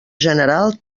general